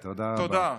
תודה.